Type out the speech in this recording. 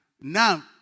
Now